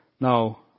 Now